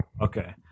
Okay